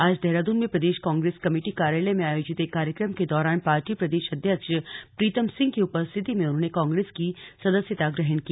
आज देहरादून में प्रदेश कांग्रेस कमेटी कार्यालय में आयोजित एक कार्यक्रम के दौरान पार्टी प्रदेश अध्यक्ष प्रीतम सिंह की उपस्थिति में उन्होंने कांग्रेस की सदस्यता ग्रहण की